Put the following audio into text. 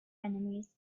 enemies